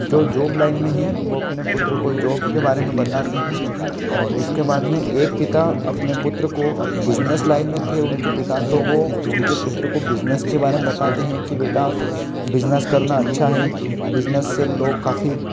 जो job line में है वो अपने पुत्र को जॉब के बारे में बताते हैं और इसके बाद में एक पिता अपने पुत्र को बिजनस लाइन में थे उनके पिता तो वो उनके पुत्र को बिजनस के बारे में बताते है कि बेटा बिजनस करना अच्छा है बिजनस से लोग काफी